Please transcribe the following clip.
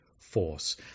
force